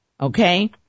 Okay